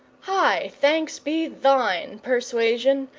high thanks be thine, persuasion,